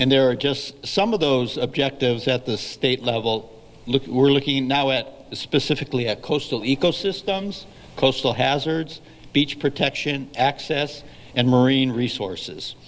and there are just some of those objectives at the state level look we're looking now at specifically have coastal ecosystems coastal hazards beach protection access and marine resources